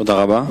תודה רבה.